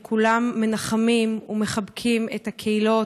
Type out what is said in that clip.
וכולם מנחמים ומחבקים את הקהילות.